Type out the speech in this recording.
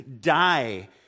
die